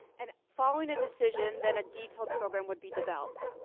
and following a decision, then a detailed program would be developed.